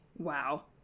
wow